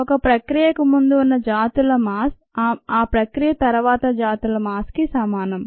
ఒక ప్రక్రియకు ముందు ఉన్న జాతుల మాస్ ఆ ప్రక్రియ తర్వాత జాతుల మాస్ కి సమానం